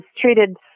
treated